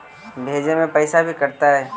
भेजे में पैसा भी कटतै?